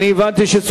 אבל הבנתי שכך